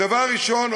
הדבר הראשון,